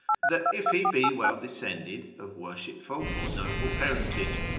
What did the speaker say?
that if he be well-descended, of worshipful or noble parentage,